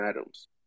Adams